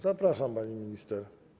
Zapraszam, pani minister.